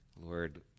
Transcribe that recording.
Lord